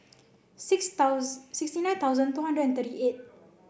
six sixty nine thousand two hundred and thirty eight